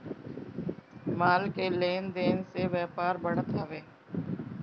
माल के लेन देन से व्यापार बढ़त हवे